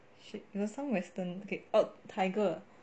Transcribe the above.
shit it was some western okay oh tiger